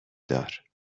دار